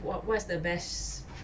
what what's the best